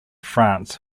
france